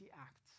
acts